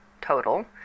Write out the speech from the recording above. total